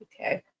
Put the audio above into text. Okay